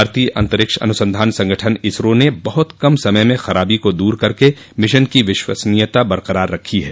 भारतीय अंतरिक्ष अनुसंधान संगठन इसरो ने बहुत कम समय में खराबी को दूर करके मिशन की विश्वसनीयता बरकरार रखी है